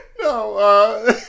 No